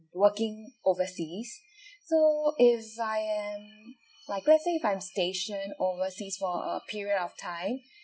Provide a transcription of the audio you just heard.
working overseas so if I am like let's say if I'm station overseas for a period of time